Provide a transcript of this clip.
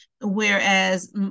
Whereas